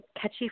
catchy